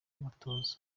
abatoza